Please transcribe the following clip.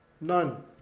None